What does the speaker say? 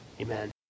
Amen